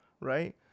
right